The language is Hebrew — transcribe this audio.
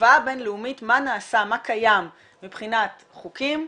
השוואה בינלאומית מה קיים מבחינת חוקים,